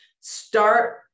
start